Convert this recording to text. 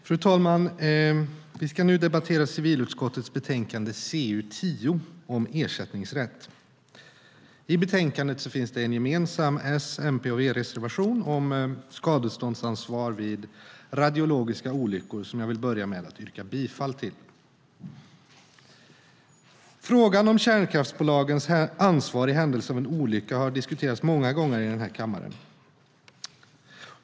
Fru talman! Vi ska nu debattera civilutskottets betänkande CU10 om ersättningsrätt. I betänkandet finns en gemensam S-, MP och V-reservation om skadeståndsansvar vid radiologiska olyckor som jag vill börja med att yrka bifall till. Frågan om kärnkraftsbolagens ansvar i händelse av en olycka har diskuterats många gånger i den här kammaren.